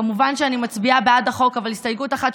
כמובן שאני מצביעה בעד החוק, אבל הסתייגות אחת.